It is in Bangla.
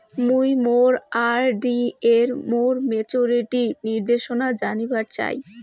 মুই মোর আর.ডি এর মোর মেচুরিটির নির্দেশনা জানিবার চাই